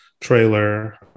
trailer